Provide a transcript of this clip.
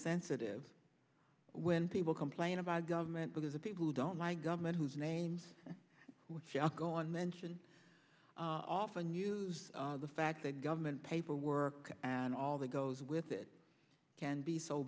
sensitive when people complain about government because the people who don't like government whose names shall go on mention often use the fact that government paperwork and all that goes with it can be so